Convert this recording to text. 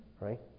Right